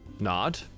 Nod